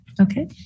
Okay